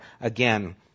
again